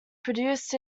produced